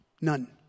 None